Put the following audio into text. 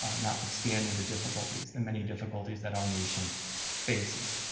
ah notwithstanding the difficulties the many difficulties that our nation faces.